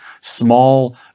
small